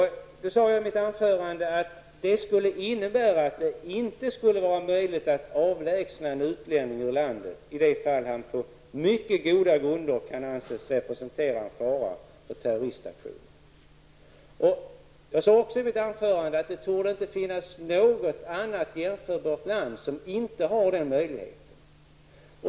Jag sade i mitt anförande att det skulle innebära att det inte skulle vara möjligt att avlägsna en utlänning ur landet, även om han på mycket goda grunder ansågs kunna representera en risk för terroristaktioner. Jag sade också i mitt anförande att det inte torde finnas något jämförbart land som inte har den möjligheten.